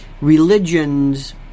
religions